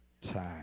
time